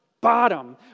bottom